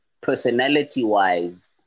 personality-wise